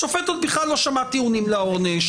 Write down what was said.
השופט עוד לא שמע טיעונים לעונש,